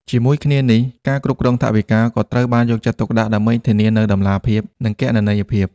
ជាមួយគ្នានេះ ការគ្រប់គ្រងថវិកាក៏ត្រូវបានយកចិត្តទុកដាក់ ដើម្បីធានានូវតម្លាភាព និងគណនេយ្យភាព។